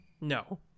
No